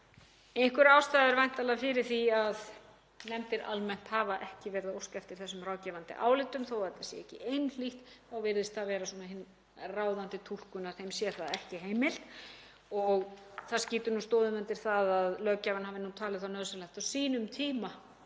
Einhver ástæða er væntanlega fyrir því að nefndir almennt hafa ekki verið að óska eftir þessum ráðgefandi álitum. Þó að þetta sé ekki einhlítt þá virðist það vera hin ráðandi túlkun að þeim sé það ekki heimilt. Og það skýtur stoðum undir það að löggjafinn hafi talið nauðsynlegt á sínum tíma